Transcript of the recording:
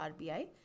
RBI